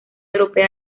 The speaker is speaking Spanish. europea